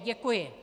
Děkuji.